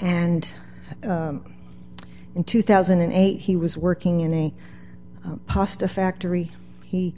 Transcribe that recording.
and in two thousand and eight he was working in a pasta factory he